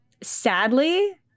sadly